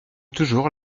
toujours